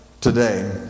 today